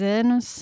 anos